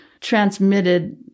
transmitted